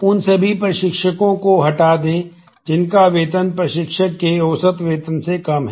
उन सभी प्रशिक्षकों को हटा दें जिनका वेतन प्रशिक्षक के औसत वेतन से कम है